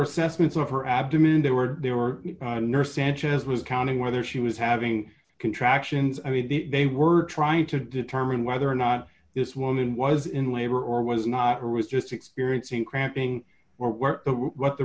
assessments of her abdomen they were there were a nurse sanchez was counting whether she was having contractions i mean they were trying to determine whether or not this woman was in labor or was not or was just experiencing cramping were what the